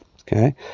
okay